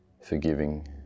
forgiving